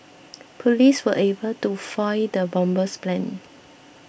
police were able to foil the bomber's plan